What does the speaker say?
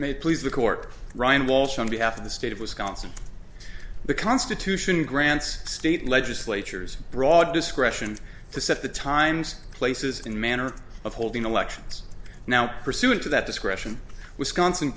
may please the court ryan walsh on behalf of the state of wisconsin the constitution grants state legislatures broad discretion to set the times places in the manner of holding elections now pursuant to that discretion wisconsin